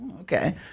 Okay